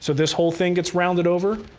so this whole thing gets rounded over.